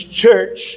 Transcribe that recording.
church